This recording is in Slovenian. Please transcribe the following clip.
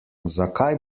zakaj